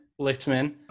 Lichtman